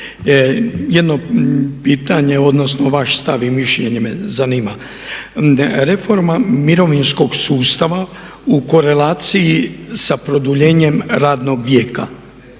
jedno pitanje, odnosno vaš stav i mišljenje me zanima. Reforma mirovinskog sustava u korelaciji sa produljenjem radnog vijeka.